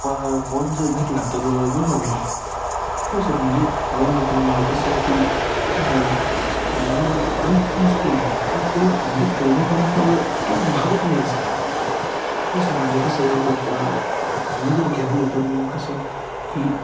प पॉईंट जर भेटला तर बरं होईल हो सर म्हणजे पॉईंट भेटला म्हणजे कसं की माझं एक पाणी प्रश्न सुटून जाईल हा तेव म्हणजे तेवढ्या पाण्यात माझं भागत नाही आहे सर हो सर म्हणजे कसं एकदा पा पाणी जर घेतलं तर मग कसं की